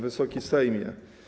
Wysoki Sejmie!